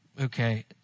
Okay